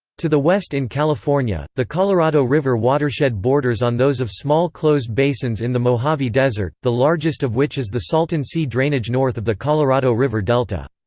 to the west in california, the colorado river watershed borders on those of small closed basins in the mojave desert, the largest of which is the salton sea drainage north of the colorado river delta.